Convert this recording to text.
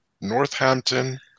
Northampton